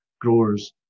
growers